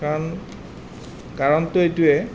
কাৰণ কাৰণটো এইটোৱে